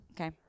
Okay